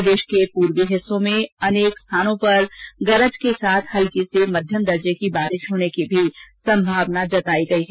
प्रदेश के पूर्वी हिस्सों में अनेक स्थानों पर गरज के साथ हल्की से मध्यम दर्जे की बारिश होने का अनुमान है